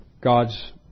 God's